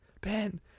Ben